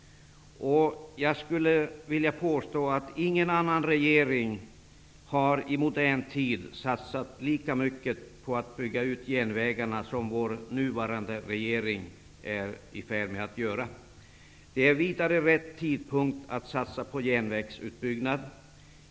Jag skulle vilja påstå att ingen annan regering i modern tid har satsat lika mycket på att bygga ut järnvägarna som vår nuvarande regering är i färd med att göra. Det är vidare rätt tidpunkt att satsa på järnvägsutbyggnad.